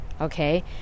okay